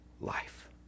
life